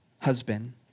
husband